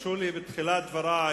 תרשו לי בתחילת דברי